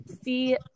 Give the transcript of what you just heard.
see